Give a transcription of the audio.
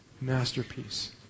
masterpiece